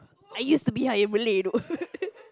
I used to be you know